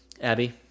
Abby